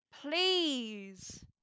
please